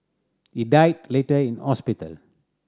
he died later in hospital